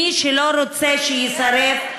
מי שלא רוצה להישרף,